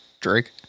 Drake